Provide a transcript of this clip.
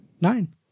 Nine